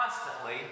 constantly